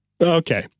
Okay